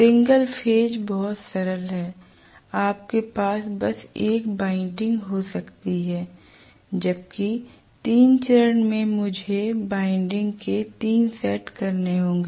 single phase बहुत सरल है आपके पास बस एक वाइंडिंग हो सकती है जबकि 3 चरण में मुझे वाइंडिंग के 3 सेट करने होंगे